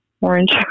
orange